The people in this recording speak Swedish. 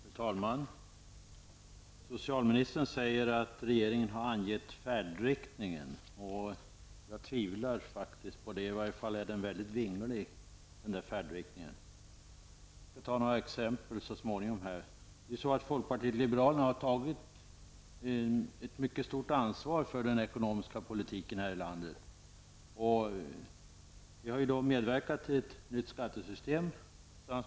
Fru talman! Socialministern säger att regeringen har angett färdriktningen. Men jag tvivlar faktiskt i det avseendet. I varje fall är det mycket vingligt när det gäller denna färdriktning. Jag återkommer senare med några exempel. Vi i folkpartiet liberalerna har tagit ett mycket stort ansvar för den ekonomiska politiken i vårt land. Vi har ju tillsammans med er i regeringen medverkat till ett nytt skattesystem.